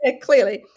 Clearly